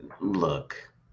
Look